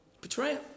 Betrayal